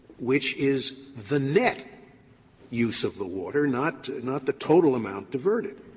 which is the net use of the water, not not the total amount diverted.